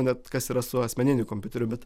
net kas yra su asmeniniu kompiuteriu bet